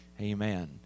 Amen